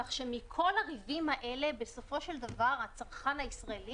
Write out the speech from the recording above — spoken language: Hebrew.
כך שמכל הריבים האלה בסופו של דבר הצרכן הישראלי,